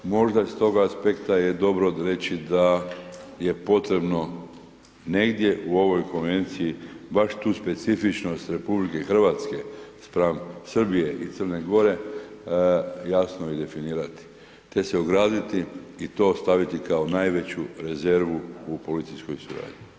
Možda je stoga aspekta je dobro reći da je potrebno negdje u ovoj Konvenciji baš tu specifičnost RH spram Srbije i Crne Gore, jasno i definirati, te se ograditi i to staviti kao najveću rezervu u političkoj suradnji.